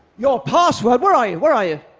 your password, where i mean where are you?